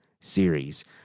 series